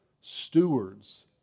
stewards